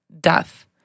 death